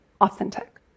authentic